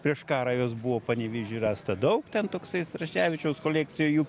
prieš karą jos buvo panevėžyje rasta daug ten toksai straševičiaus kolekcijoje jų